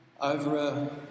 over